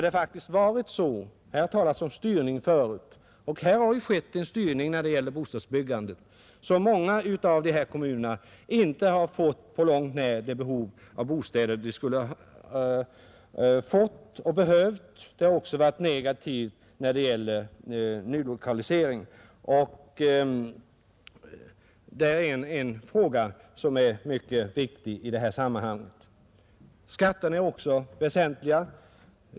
Det har tidigare talats om styrning, och i fråga om bostadsbyggandet har det faktiskt förekommit en styrning som gjort att många av dessa kommuner inte på långt när fått sitt behov av bostäder tillgodosett. Detta har också inverkat negativt på nylokaliseringen, Detta är en fråga som är mycket viktig i detta sammanhang. Frågan om skatterna är också väsentlig.